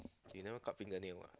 you never cut fingernail ah